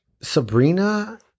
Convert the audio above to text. Sabrina